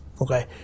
okay